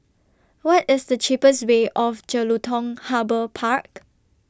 What IS The cheapest Way to Jelutung Harbour Park